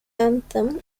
anthem